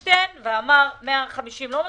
אדלשטיין ואמר: 150 תקנים זה לא מספיק,